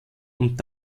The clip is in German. und